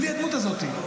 בלי הדמות הזאת.